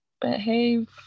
behave